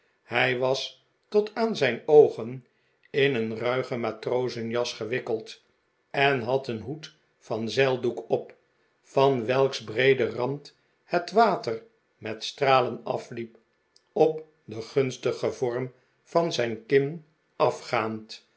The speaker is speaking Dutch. hij was tot aan zijn oogen in een ruige matrozenjas gewikkeld en had een hoed van zeildoek op an welks breeden rand het water met stralen afiiep op den gunstigen vorm van zijn kin afgaand